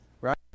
right